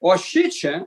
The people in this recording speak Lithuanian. o šičia